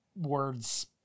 words